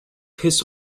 his